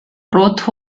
roth